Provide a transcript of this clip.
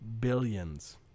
Billions